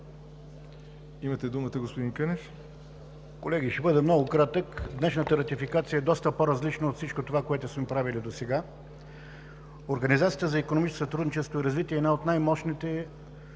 (БСП за България): Колеги, ще бъда много кратък. Днешната ратификация и много по-различна от всичко това, което сме правили досега. Организацията за икономическо сътрудничество и развитие е една от най-мощните структури